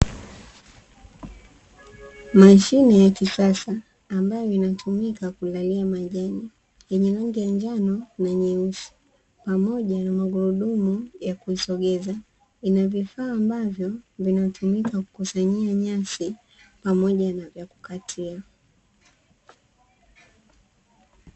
Mashine ya kisasa ambayo inatumika kulalia majani ambayo ina rangi ya njano na nyeusi, pamoja na magurudumu ya kuisogeza, ina vifaa ambavyo vinatumika kukusanyia nyasi, pamoja na vya kukatia.